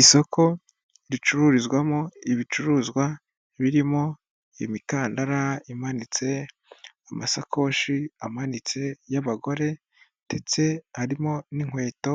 Isoko ricururizwamo ibicuruzwa birimo: imikandara imanitse, amasakoshi amanitse y'abagore ndetse harimo n'inkweto